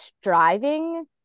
striving